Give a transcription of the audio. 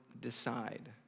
decide